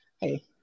Hey